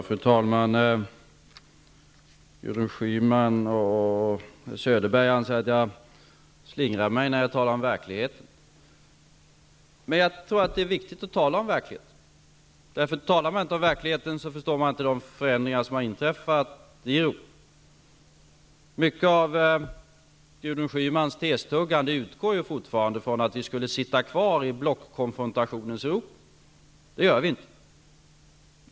Fru talman! Gudrun Schyman och Sten Söderberg anser att jag slingrar mig när jag talar om verkligheten. Jag tror dock att det är viktigt att tala om verkligheten. Om man inte talar om verkligheten så förstår man inte de förändringar som har inträffat i Europa. Mycket av Gudrun Schymans testuggande utgår fortfarande ifrån att vi sitter kvar i blockkonfrontationens Europa. Det gör vi inte.